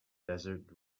desert